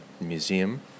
museum